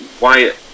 Wyatt